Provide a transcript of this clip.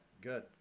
Good